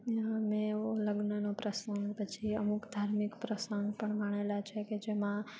મેં એવો લગ્નનો પ્રસંગ પછી અમુક ધાર્મિક પ્રસંગ પણ માણેલા છે કે જેમાં